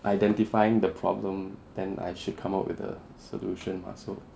identifying the problem then I should come up with a solution [what] so